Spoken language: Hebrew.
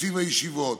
תקציב הישיבות.